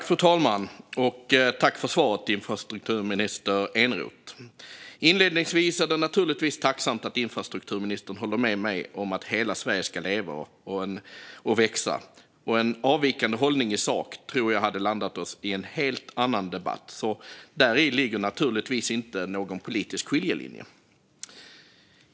Fru talman! Jag tackar infrastrukturminister Eneroth för svaret. Det är naturligtvis tacksamt att infrastrukturministern inledningsvis håller med mig om att hela Sverige ska leva och växa. En avvikande hållning i sak tror jag hade landat oss i en helt annan debatt. Däri ligger naturligtvis inte någon politisk skiljelinje.